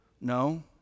No